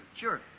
Sure